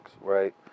right